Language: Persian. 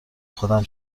خودم